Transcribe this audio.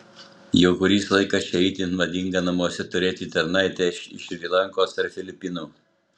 jau kuris laikas čia itin madinga namuose turėti tarnaitę iš šri lankos ar filipinų